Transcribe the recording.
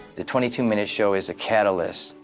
the twenty two minute show is a catalyst,